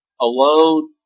alone